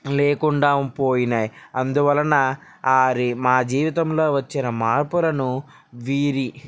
లేకుండా పోయినాయి అందువలన ఆరి మా జీవితంలో వచ్చిన మార్పులను వీరి